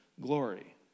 glory